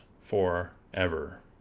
forever